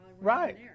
Right